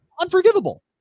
unforgivable